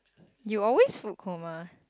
you always food coma